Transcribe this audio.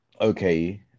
okay